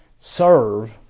serve